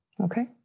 Okay